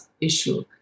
issue